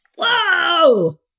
Whoa